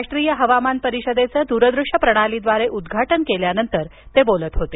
राष्ट्रीय हवामान परिषदेचं दूरदृश्य प्रणालीद्वारे उद्घाटन केल्यानंतर ते बोलत होते